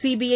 CBI